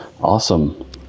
awesome